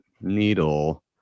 needle